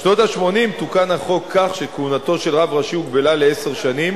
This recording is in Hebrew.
בשנות ה-80 תוקן החוק כך שכהונתו של רב ראשי הוגבלה לעשר שנים,